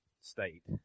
state